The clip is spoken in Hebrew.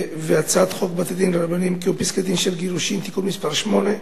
והצעת חוק בתי-דין רבניים (קיום פסקי-דין של גירושין) (תיקון מס' 8)